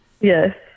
Yes